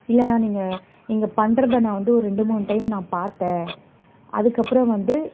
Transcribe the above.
இல்லைண்ணா நீங்கள் நீங்கள் பண்ணுறத நான் வந்து ரெண்டு மூணு டைம் நான் பார்த்தேன் அதுக்கப்புறம் வந்து